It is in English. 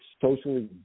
socially